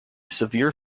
severe